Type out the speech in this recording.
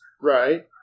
right